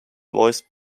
voiced